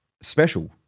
special